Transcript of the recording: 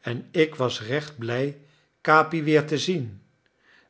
en ik was recht blij capi weer te zien